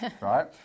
right